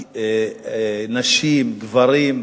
נשים, גברים,